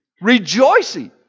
rejoicing